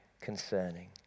concerning